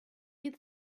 you